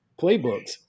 playbooks